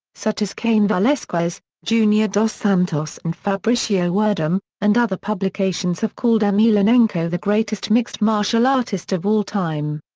such as cain velasquez, junior dos santos and fabricio werdum, and other publications have called emelianenko the greatest mixed martial artist of all time.